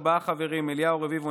ארבעה חברים: אליהו רביבו,